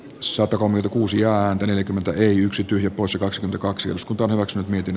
sota on kuusi ääntä neljäkymmentäyksi tyly osakaskuntakaksi osku torroksen myytin